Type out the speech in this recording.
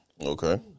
Okay